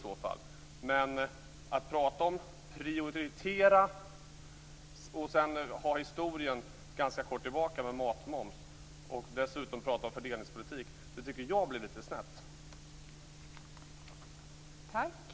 Jag tycker att det blir lite snett att prata om att prioritera och dessutom prata om fördelningspolitik när det sedan en ganska kort tid tillbaka finns en historia som gäller matmoms.